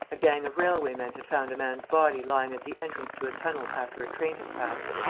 a gang of railway-men had found a man's body lying at the entrance to a tunnel after a train had passed.